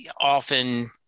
often